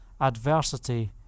adversity